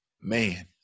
man